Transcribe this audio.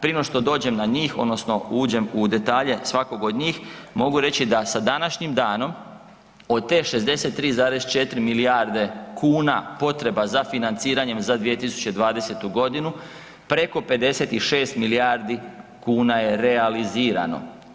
Prije nego što dođem na njih odnosno uđem u detalje svakog od njih mogu reći da sa današnjim danom od te 63,4 milijarde kuna potreba za financiranjem za 2020. godinu preko 56 milijardi kuna je realizirano.